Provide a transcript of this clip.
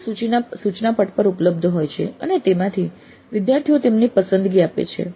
સૂચિ સૂચના પટ પર ઉપલબ્ધ હોય છે અને તેમાંથી વિદ્યાર્થીઓ તેમની પસંદગીઓ આપે છે